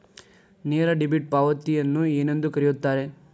ನೇರ ಡೆಬಿಟ್ ಪಾವತಿಯನ್ನು ಏನೆಂದು ಕರೆಯುತ್ತಾರೆ?